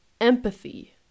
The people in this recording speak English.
Empathy